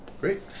Great